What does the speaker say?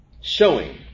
Showing